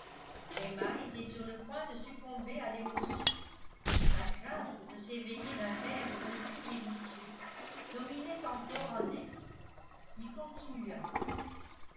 emma était sur le point de succomber à l'émotion la crainte de s'éveiller d'un rêve aussi délicieux dominait encore en elle il continua